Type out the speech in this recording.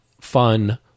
fun